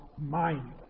mind